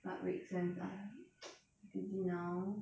but makes sense lah busy now